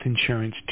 Insurance